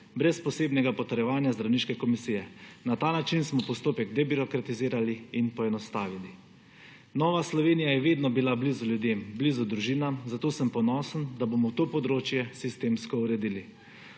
brez posebnega potrjevanja zdravniške komisije. Na ta način smo postopek debirokratizirali in poenostavili. Nova Slovenija je vedno bila blizu ljudem, blizu družinam, zato sem ponosen, da bomo to področje sistemsko uredili.